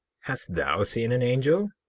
hast thou seen an angel?